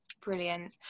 Brilliant